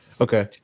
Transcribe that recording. Okay